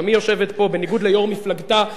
גם היא יושבת פה, בניגוד ליושבת-ראש מפלגתה.